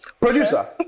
Producer